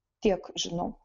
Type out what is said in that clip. tiek žinau